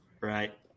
right